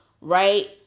right